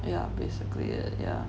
yeah basically yeah